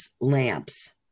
lamps